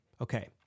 Okay